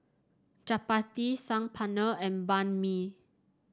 Chapati Saag Paneer and Banh Mi